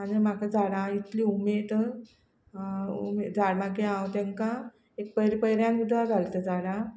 आनी म्हाका झाडां इतली उमेद उमेद झाड मागी हांव तेंकां एक पयर पयऱ्यान उदक घालता झाडांक